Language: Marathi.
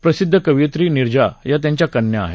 प्रसिद्ध कवयित्री नीरजा या त्यांच्या कन्या आहेत